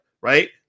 right